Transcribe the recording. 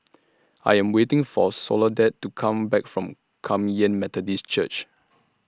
I Am waiting For Soledad to Come Back from Kum Yan Methodist Church